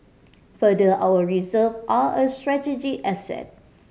further our reserve are a strategic asset